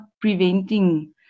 preventing